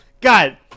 God